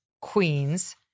Queens